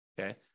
Okay